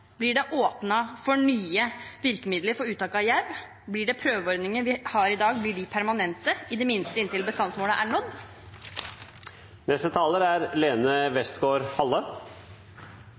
Blir det åpnet for nye virkemidler for uttak av jerv? Blir de prøveordningene vi har i dag, permanente, i det minste inntil bestandsmålet er nådd? Disse ulvedebattene i Stortinget er